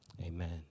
Amen